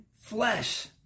flesh